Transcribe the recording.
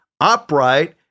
upright